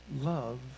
Love